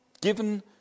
given